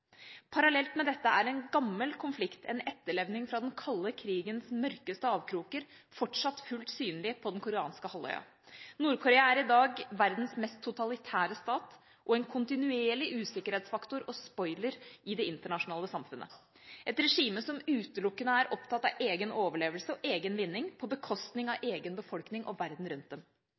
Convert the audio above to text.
Parallelt med dette er en gammel konflikt, en etterlevning fra den kalde krigens mørkeste avkroker, fortsatt fullt synlig på den koreanske halvøya. Nord-Korea er i dag verdens mest totalitære stat og en kontinuerlig usikkerhetsfaktor og spoiler i det internasjonale samfunnet. Det er et regime som utelukkende er opptatt av egen overlevelse og egen vinning på bekostning av egen befolkning og verden rundt dem.